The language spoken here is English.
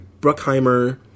Bruckheimer